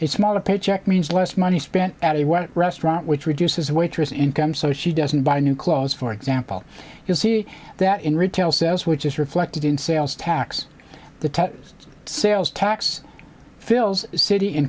a smaller paycheck means less money spent at a restaurant which reduces the waitress income so she doesn't buy new clothes for example you'll see that in retail sales which is reflected in sales tax the sales tax fills city